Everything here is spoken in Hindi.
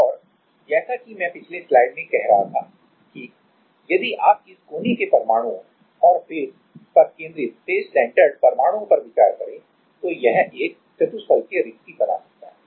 और जैसा कि मैं पिछले स्लाइड में कह रहा था कि यदि आप इस कोने के परमाणुओं और फेस पर केंद्रित फेस सेण्टरेड परमाणुओं पर विचार करें तो यह एक चतुष्फलकीय रिक्ति बना सकता है